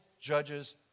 judges